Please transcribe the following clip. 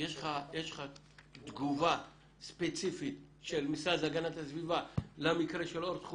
יש לך תגובה ספציפית של המשרד להגנת הסביבה למקרה של אורט חולון?